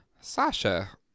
Sasha